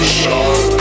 shot